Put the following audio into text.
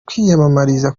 kwiyamamariza